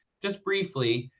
just briefly,